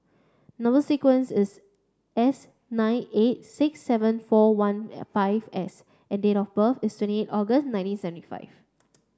number sequence is S nine eight six seven four one five S and date of birth is twenty August nineteen seventy five